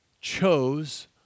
chose